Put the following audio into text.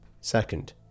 Second